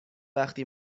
وقتی